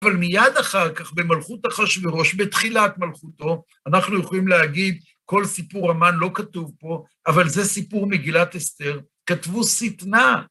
אבל מייד אחר כך, במלכות אחשוורוש, בתחילת מלכותו, אנחנו יכולים להגיד, כל סיפור המן לא כתוב פה, אבל זה סיפור מגילת אסתר, כתבו שטנה.